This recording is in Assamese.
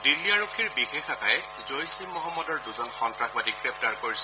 দিল্লী আৰক্ষীৰ বিশেষ শাখাই জৈয়ছ এ মহম্মদৰ দুজন সন্ত্ৰাসবাদীক গ্ৰেপ্তাৰ কৰিছে